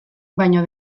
baino